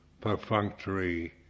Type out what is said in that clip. perfunctory